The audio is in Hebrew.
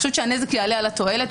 אני חושבת שהנזק יעלה על התועלת,